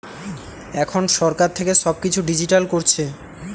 এখন সরকার থেকে সব কিছু ডিজিটাল করছে